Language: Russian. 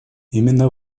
именно